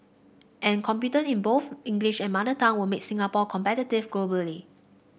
and competence in both English and mother tongue will make Singapore competitive globally